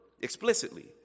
explicitly